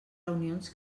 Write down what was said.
reunions